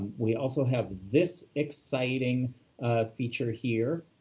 we also have this exciting feature here,